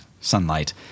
sunlight